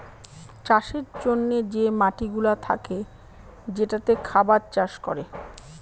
চাষের জন্যে যে মাটিগুলা থাকে যেটাতে খাবার চাষ করে